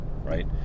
right